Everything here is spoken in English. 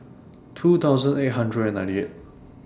two thousand eight hundred and ninety eight